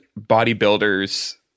bodybuilder's